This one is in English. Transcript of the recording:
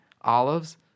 olives